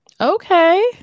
Okay